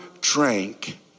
drank